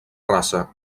raça